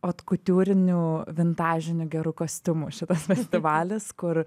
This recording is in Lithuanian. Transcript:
otkutiuriniu vintažiniu geru kostiumu šitas festivalis kur